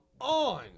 on